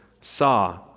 saw